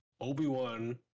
Obi-Wan